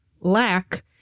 lack